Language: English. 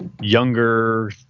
younger